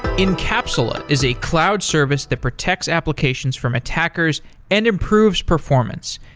incapsula is a cloud service that protects applications from attackers and improves performance.